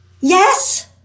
yes